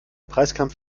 preiskampf